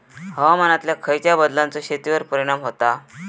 हवामानातल्या खयच्या बदलांचो शेतीवर परिणाम होता?